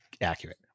Accurate